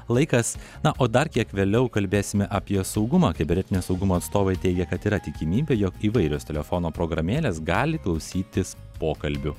laikas na o dar kiek vėliau kalbėsime apie saugumą kibernetinio saugumo atstovai teigia kad yra tikimybė jog įvairios telefono programėlės galite klausytis pokalbių